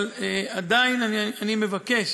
אבל עדיין אני מבקש